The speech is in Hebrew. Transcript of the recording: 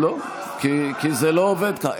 זה לא עובד כך.